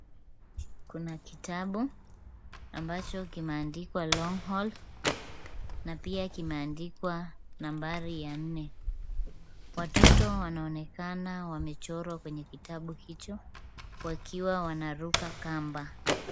Kuna kitabu ambacho kimeandikwa (cs) Long horn(cs) na pia kimeandikwa nambari ya nne. Watoto wanaonekana wamechorwa kwenye kitabu hicho wakiwa wanaruka kamba.